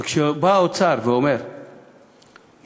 ובא האוצר ואומר מייד,